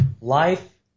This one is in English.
life